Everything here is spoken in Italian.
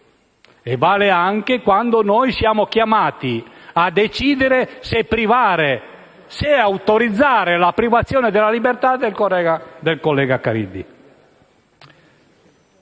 e vale anche quando noi siamo chiamati a decidere se autorizzare la privazione della libertà del collega Caridi.